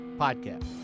Podcast